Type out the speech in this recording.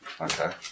Okay